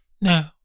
No